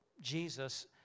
Jesus